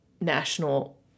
national